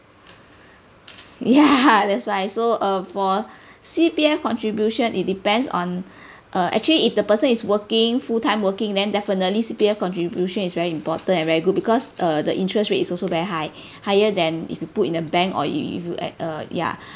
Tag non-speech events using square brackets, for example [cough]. ya [laughs] that's why so uh for [breath] C_P_F contribution it depends on [breath] uh actually if the person is working full time working then definitely C_P_F contribution is very important and very good because uh the interest rate is also very high [breath] higher than if you put in a bank or you you if you at a ya